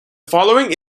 following